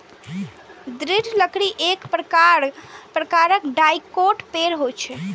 दृढ़ लकड़ी एक प्रकारक डाइकोट पेड़ होइ छै